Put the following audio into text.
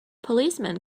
policemen